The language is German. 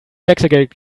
wechselgeld